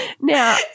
Now